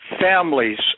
families